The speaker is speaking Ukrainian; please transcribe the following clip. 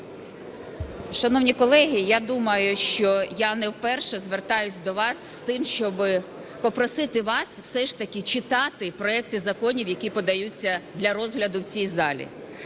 Шановні колеги, я думаю, що я не вперше звертаюся до вас з тим, щоби попросити вас все ж таки читати проекти законів, які подаються для розгляду в цій залі.